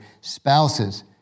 spouses